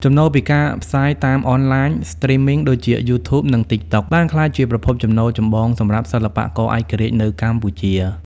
ចំណូលពីការផ្សាយតាមអនឡាញ Streaming ដូចជា YouTube និង TikTok បានក្លាយជាប្រភពចំណូលចម្បងសម្រាប់សិល្បករឯករាជ្យនៅកម្ពុជា។